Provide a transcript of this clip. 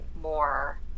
more